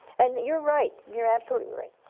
and you're right! you're absolutely right!